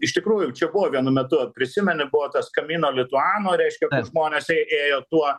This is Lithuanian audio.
iš tikrųjų čia buvo vienu metu prisimeni buvo tas kamino lituano reiškia žmonės ėjo tuo